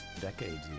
decades